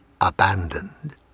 abandoned